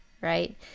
right